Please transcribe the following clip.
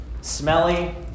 smelly